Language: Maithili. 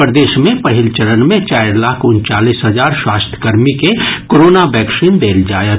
प्रदेश मे पहिल चरण मे चारि लाख उनचालीस हजार स्वास्थ्यकर्मी के कोरोना वैक्सीन देल जायत